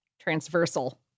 transversal